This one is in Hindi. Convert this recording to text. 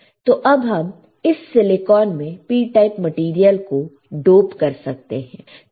तो अब हम इस सिलिकॉन में P टाइप मैटेरियल को डोप कर सकते हैं